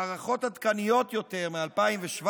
הערכות עדכניות יותר, מ-2017,